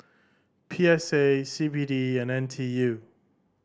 P S A C B D and N T U